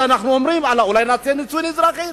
אז אנחנו אומרים: אולי נציע נישואים אזרחיים.